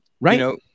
right